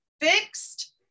fixed